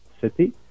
city